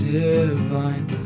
divine